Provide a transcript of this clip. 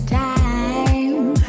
time